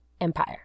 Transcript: empire